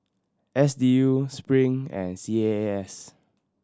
S D U Spring and C A A S